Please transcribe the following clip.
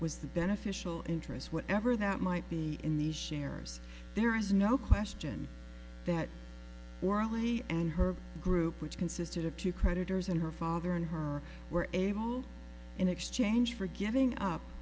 the beneficial interest whatever that might be in these shares there is no question that morally and her group which consisted of two creditors and her father and her were able in exchange for giving up